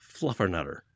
Fluffernutter